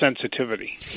sensitivity